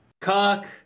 Cock